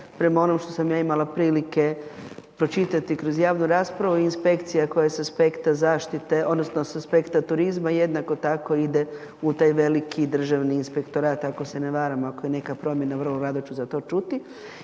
prema onome što sam ja imala prilike pročitati kroz javnu raspravu i inspekcija koja sa aspekta zaštite odnosno s aspekta turizma jednako tako ide u taj veliki državni inspektorat ako se ne varam. Ako je neka promjena vrlo rado ću za to čuti.